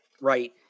Right